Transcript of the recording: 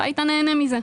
אתה היית נהנה מזה.